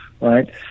right